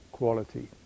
Quality